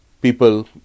people